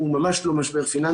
הוא לא ממש לא משבר פיננסי.